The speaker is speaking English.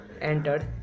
entered